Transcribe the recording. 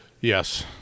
Yes